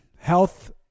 health